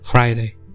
Friday